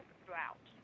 throughout